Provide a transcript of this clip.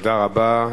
תודה רבה.